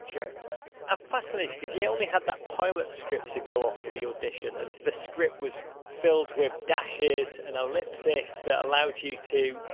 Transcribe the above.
greg. roger i'm fascinated, cause you only had that pilot script to go off for the audition, and the script was filled with dashes and ellipsis that allowed you to,